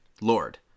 Lord